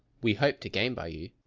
we hope to gain by you.